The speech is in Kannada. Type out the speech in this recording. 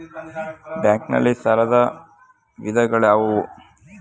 ಬ್ಯಾಂಕ್ ನಲ್ಲಿ ಸಾಲದ ವಿಧಗಳಾವುವು?